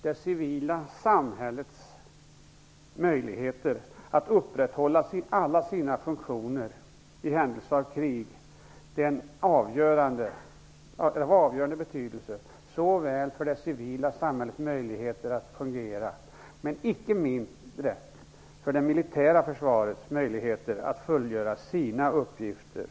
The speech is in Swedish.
Det civila samhällets möjligheter att upprätthålla alla sina funktioner i händelse av krig är av avgörande betydelse såväl för det civila samhällets möjligheter att fungera som för, och icke minst, det militära försvarets möjligheter att fullgöra sina uppgifter.